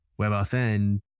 WebAuthn